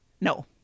No